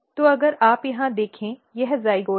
तो अगर आप यहाँ देखो यह जाइगोट है